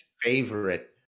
favorite